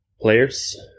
players